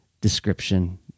description